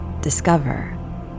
discover